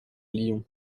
lyon